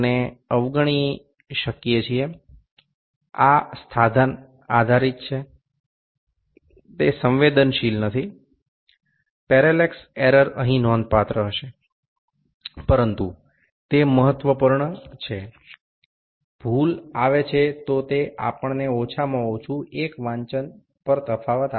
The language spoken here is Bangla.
এই উপকরণটি এতটা সংবেদনশীল নয় যে সমান্তরালতা ত্রুটিটি এখানে উল্লেখযোগ্য হবে কিন্তু এটি খুব গুরুত্বপূর্ণ ত্রুটি যদি এটি আসে তাহলে কমপক্ষে একটি পাঠের পার্থক্য হবে